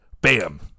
bam